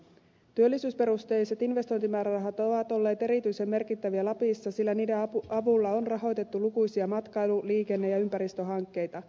työllisyysperusteiset investointimäärärahat ovat olleet erityisen merkittäviä lapissa sillä niiden avulla on rahoitettu lukuisia matkailu liikenne ja ympäristöhankkeita